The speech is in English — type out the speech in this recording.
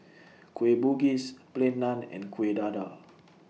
Kueh Bugis Plain Naan and Kuih Dadar